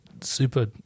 super